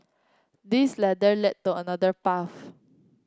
this ladder led to another